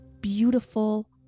beautiful